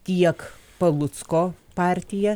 tiek palucko partija